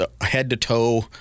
head-to-toe